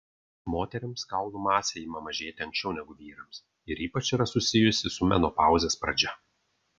moterims kaulų masė ima mažėti anksčiau negu vyrams ir ypač yra susijusi su menopauzės pradžia